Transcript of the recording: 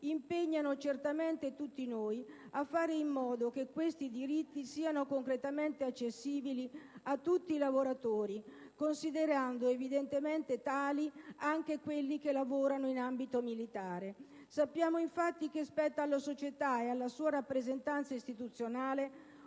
impegnano certamente tutti noi a fare in modo che essi siano completamente accessibili a tutti i lavoratori, considerando evidentemente tali anche quelli che svolgono la loro attività in ambito militare. Sappiamo che spetta alla società e alla sua rappresentanza istituzionale